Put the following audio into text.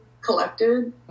collected